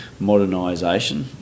modernisation